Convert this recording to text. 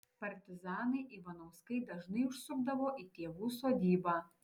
partizanai ivanauskai dažnai užsukdavo į tėvų sodybą